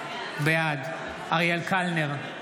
בעד אריאל קלנר,